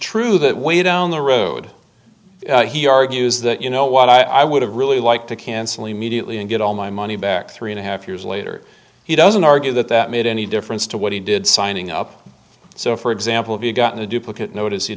true that way down the road he argues that you know what i would really like to cancel e mediately and get all my money back three and a half years later he doesn't argue that that made any difference to what he did signing up so for example if you've gotten a duplicate notice he